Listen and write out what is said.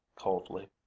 coldly